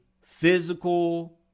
physical